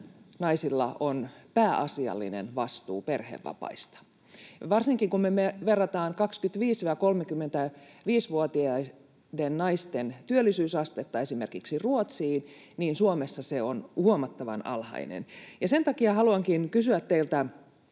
naisilla on pääasiallinen vastuu perhevapaista. Varsinkin kun me verrataan 25—35-vuotiaden naisten työllisyysastetta esimerkiksi Ruotsiin, niin Suomessa se on huomattavan alhainen. Ja sen takia haluankin kysyä teiltä,